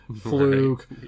fluke